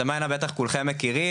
את המיינה בטח כולכם מכירים,